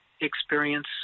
experience